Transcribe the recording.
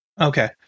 Okay